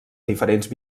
diferents